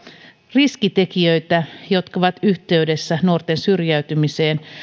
riskitekijöitä jotka ovat yhteydessä nuorten syrjäytymiseen